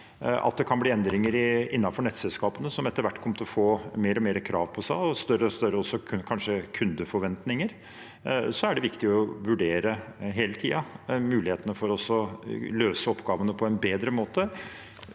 Det kan bli endringer innenfor nettselskapene, som etter hvert kommer til å få mer og mer krav på seg, og kanskje også større kundeforventninger. Det er viktig hele tiden å vurdere mulighetene for å løse oppgavene på en bedre måte.